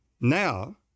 Now